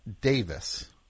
Davis